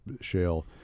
shale